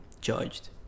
judged